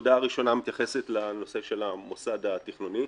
הנקודה הראשונה מתייחסת לנושא של המוסד התכנוני.